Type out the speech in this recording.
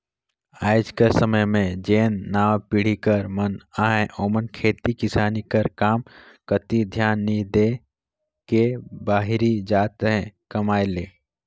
आएज कर समे में जेन नावा पीढ़ी कर मन अहें ओमन खेती किसानी कर काम कती धियान नी दे के बाहिरे जात अहें कमाए ले